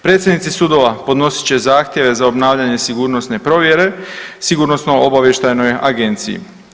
Predsjednici sudova podnosit će zahtjeve za obnavljanje sigurnosne provjere sigurnosno obavještajnoj agenciji.